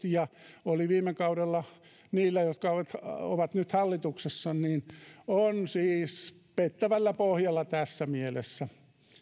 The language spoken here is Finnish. ja oli viime kaudella niillä jotka ovat ovat nyt hallituksessa on siis pettävällä pohjalla tässä mielessä